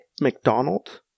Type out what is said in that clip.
McDonald